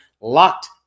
LOCKED